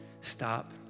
stop